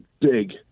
big